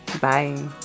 Bye